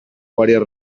varias